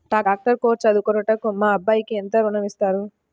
Doctor course చదువుటకు మా అబ్బాయికి ఎంత ఋణం ఇస్తారు?